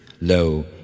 Lo